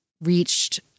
reached